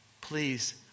please